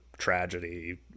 tragedy